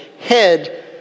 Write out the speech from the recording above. head